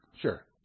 sure